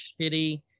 shitty